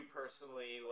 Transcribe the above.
personally